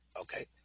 Okay